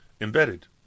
embedded